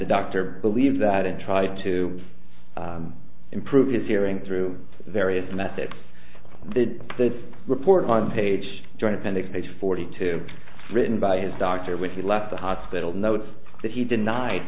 the doctor believes that and tried to improve his hearing through various methods that this report on page joint appendix page forty two written by his doctor when he left the hospital notes that he denied